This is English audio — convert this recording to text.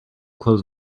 close